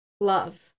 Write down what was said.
love